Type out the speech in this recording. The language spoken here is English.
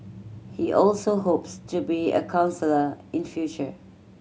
he also hopes to be a counsellor in future